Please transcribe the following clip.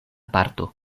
parto